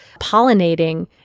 pollinating